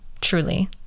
truly